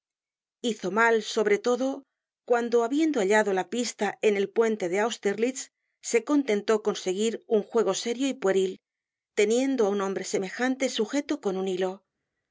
hizo mal sobre todo cuando habiendo hallado la pista en el puente de austerlitz se contentó con seguir un juego serio y pueril teniendo á un hombre semejante sujeto con un hilo